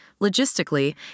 Logistically